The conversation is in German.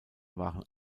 waren